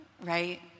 right